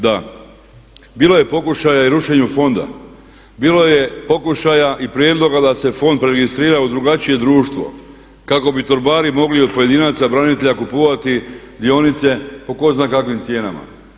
Da, bilo je pokušaja i rušenju fonda, bilo je pokušaja i prijedloga da se fond registrira u drugačije društvo kako bi torbari mogli od pojedinaca branitelja kupovati dionice po tko zna kakvim cijenama.